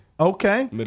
Okay